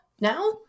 Now